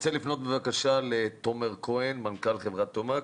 רוצה לפנות, בבקשה, לתומר כהן, מנכ"ל חברת תומקס.